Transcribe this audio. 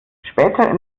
später